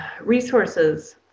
resources